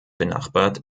benachbart